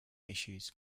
issues